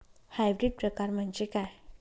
Hybrid प्रकार म्हणजे काय?